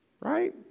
Right